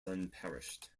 unparished